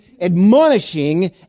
admonishing